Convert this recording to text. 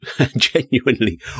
genuinely